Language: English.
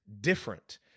different